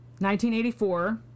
1984